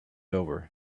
over